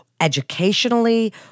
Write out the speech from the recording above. educationally